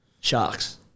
Sharks